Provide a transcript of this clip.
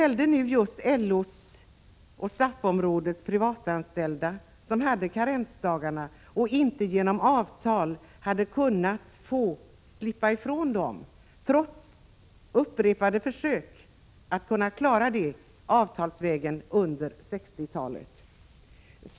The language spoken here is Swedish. LO och SAF-områdets privatanställda hade inte genom avtal lyckats slippa karensdagarna trots upprepade försök under 1960-talet.